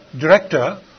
director